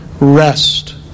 rest